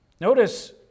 Notice